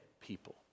people